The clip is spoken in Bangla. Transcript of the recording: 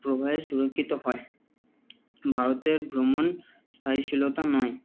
প্রবাহে সুরক্ষিত হয় ভারতের ভ্রমণ স্থায়ীশীলতা নয়